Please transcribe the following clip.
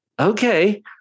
Okay